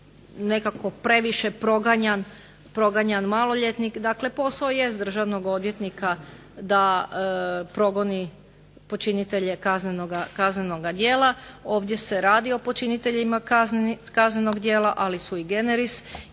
nekako previše proganjan maloljetnik, dakle posao jest državnog odvjetnika da progoni počinitelje kaznenoga djela, ovdje se radi o počiniteljima kaznenog djela, ali sui generis,